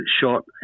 shot